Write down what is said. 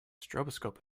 stroboscope